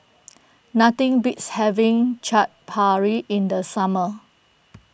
nothing beats having Chaat Papri in the summer